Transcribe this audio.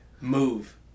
move